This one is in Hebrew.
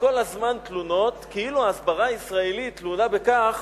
יש כל הזמן תלונות כאילו הסברה ישראלית תלויה בכך